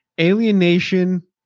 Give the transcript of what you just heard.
Alienation